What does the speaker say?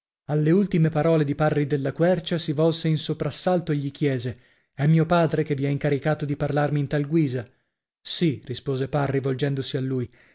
alle ultime parole di parri della quercia si volse in soprassalto e gli chiese è mio padre che vi ha incaricato di parlarmi in tal guisa sì rispose parri volgendosi a lui